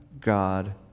God